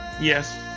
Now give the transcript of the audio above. Yes